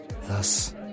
Thus